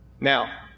Now